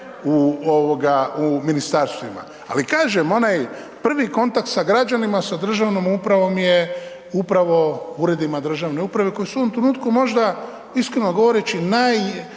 u ministarstvima, ali kažem onaj prvi kontakt sa građanima, sa državnom upravom je upravo u uredima državne uprave koji su u ovom trenutku možda iskreno govoreći